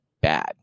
bad